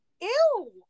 Ew